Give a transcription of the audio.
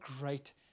great